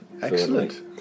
Excellent